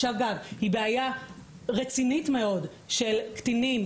שאגב היא בעיה רצינית מאוד של קטינים,